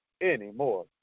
anymore